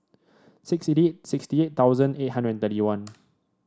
sixty eight sixty eight thousand eight hundred and thirty one